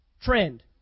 trend